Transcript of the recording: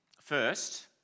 First